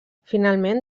finalment